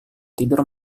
tidur